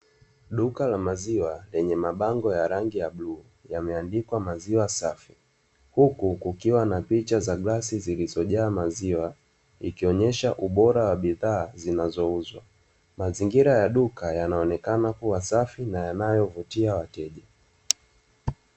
Duka la maziwa lenye mabango ya rangi ya bluu yameandikwa "Maziwa safi", huku kukiwa na picha za glasi zilizojaa maziwa ikionyesha ubora wa bidhaa zinazouzwa. Mazingira ya duka yanaonekana kuwa safi na yanayovutia wateja.